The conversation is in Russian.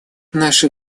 наши